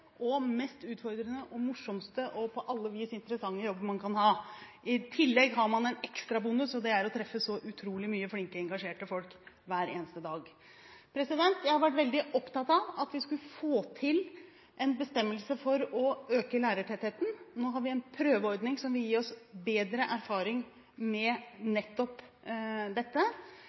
og mest utfordrende og morsomste og på alle vis mest interessante jobben man kan ha. I tillegg har man en ekstrabonus, og det er å treffe så utrolig mange flinke og engasjerte folk hver eneste dag. Jeg har vært veldig opptatt av at vi skulle få til en bestemmelse for å øke lærertettheten. Nå har vi en prøveordning som vil gi oss bedre erfaring med nettopp dette.